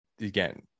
again